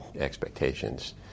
expectations